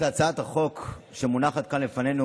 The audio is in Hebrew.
הצעת החוק שמונחת כאן לפנינו,